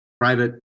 private